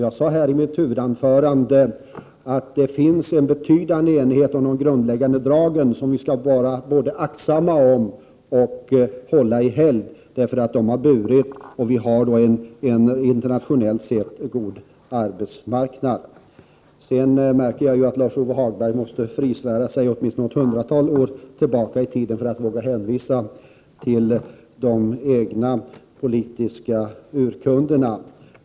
Jag sade i mitt huvudanförande att det råder en betydande enighet om de grundläggande dragen, som vi skall både vara aktsamma om och hålla i helgd, därför att de har burit. Sverige har en internationellt sett god arbetsmarknad. Jag märker att Lars-Ove Hagberg måste frisvära sig åtminstone något hundratal år tillbaka i tiden för att våga hänvisa till de egna politiska urkunderna.